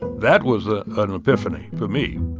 that was ah an epiphany for me.